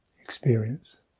experience